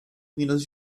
minas